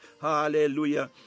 Hallelujah